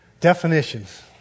Definitions